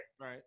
right